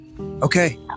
Okay